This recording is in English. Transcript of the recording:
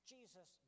Jesus